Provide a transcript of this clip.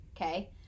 okay